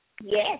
Yes